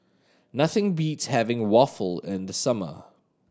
nothing beats having waffle in the summer